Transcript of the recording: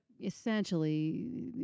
essentially